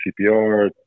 CPR